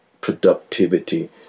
productivity